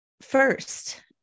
First